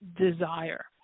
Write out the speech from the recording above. desire